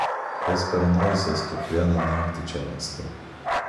kas per noizas kiekvieną naktį čia mieste